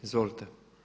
Izvolite.